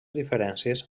diferències